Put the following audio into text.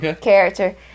character